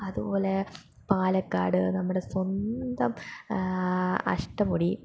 അതുപോലെ പാലക്കാട് നമ്മുടെ സ്വന്തം അഷ്ടമുടി